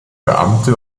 beamte